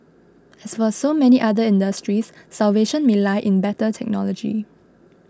as for so many other industries salvation may lie in better technology